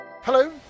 Hello